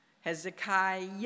Hezekiah